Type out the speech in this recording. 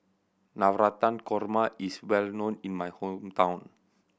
Navratan Korma is well known in my hometown